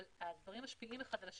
אבל הדברים משפיעים אחד על השני.